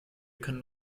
können